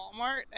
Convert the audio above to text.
Walmart